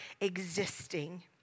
existing